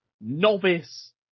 novice